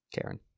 Karen